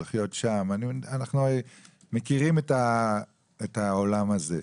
מכירים את העולם הזה.